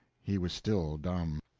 he was still dumb.